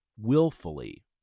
willfully